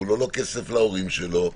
הוא לא עולה כסף להורים שלו,